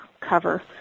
cover